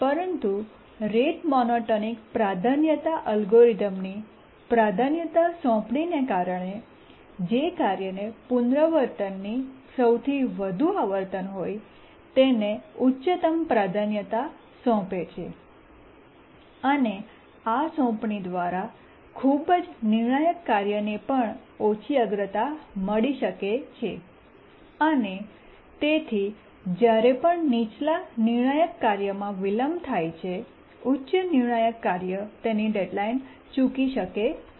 પરંતુ rate monotonic priority પ્રાધાન્યતા એલ્ગોરિધમની પ્રાયોરિટી પ્રાધાન્યતા સોંપણીને કારણે જે કાર્યને પુનરાવર્તનની સૌથી વધુ આવર્તન હોય તેને ઉચ્ચતમ પ્રાધાન્યતા સોંપે છે અને આ સોંપણી દ્વારા ખૂબ જ નિર્ણાયક કાર્યને પણ ઓછી અગ્રતા મળી શકે છે અને તેથી જ્યારે પણ નીચલા નિર્ણાયક કાર્યમાં વિલંબ થાય છે ઉચ્ચ નિર્ણાયક કાર્ય તેની ડેડલાઇન ચૂકી શકે છે